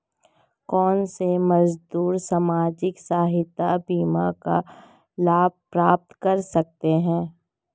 कौनसे मजदूर सामाजिक सहायता बीमा का लाभ प्राप्त कर सकते हैं?